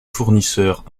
fournisseurs